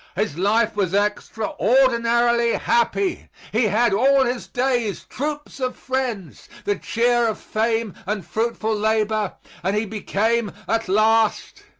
his life was extraordinarily happy. he had, all his days, troops of friends, the cheer of fame and fruitful labor and he became at last,